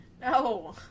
No